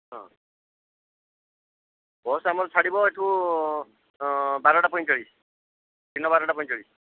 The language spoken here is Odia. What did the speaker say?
ହଁ ବସ୍ ଆମର ଛାଡ଼ିବ ଏଠୁ ବାରଟା ପଇଁଚାଳିଶ ଦିନ ବାରଟା ପଇଁଚାଳିଶ